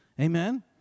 Amen